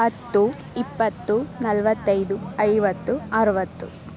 ಹತ್ತು ಇಪ್ಪತ್ತು ನಲ್ವತ್ತೈದು ಐವತ್ತು ಅರುವತ್ತು